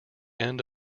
end